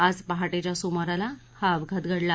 आज पहाटेच्या सुमारास हा अपघात घडला